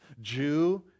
Jew